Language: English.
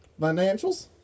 Financials